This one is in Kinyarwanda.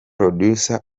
producer